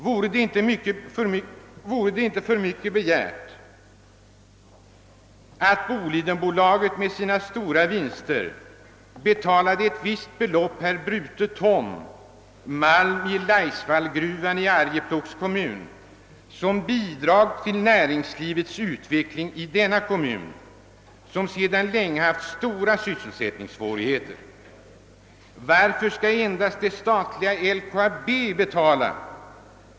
Vore det för mycket begärt att Bolidenbolaget med sina stora vinster betalade ett visst belopp per brutet ton blymalm i Laisvallsgruvan till Arjeplogs kommun som bidrag till näringslivets utveckling i denna kommun, som sedan länge haft stora sysselsättningssvårigheter. Varför skall endast det statliga LKAB betala?